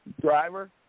driver